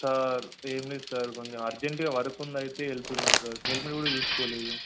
sir ఏం లేదు sir కొంచెం అర్జెంట్గా వర్కుండి అయితే వెళ్తున్నాను సార్ హెల్మెట్ కూడా చూసుకోలేదు